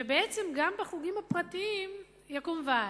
ובעצם גם בחוגים הפרטיים יקום ועד.